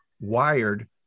wired